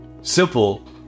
simple